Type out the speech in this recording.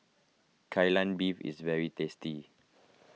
Kai Lan Beef is very tasty